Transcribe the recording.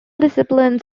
disciplines